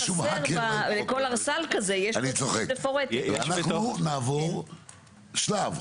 אנחנו נעבור שלב,